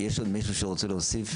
יש עוד מישהו שרוצה להוסיף?